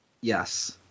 Yes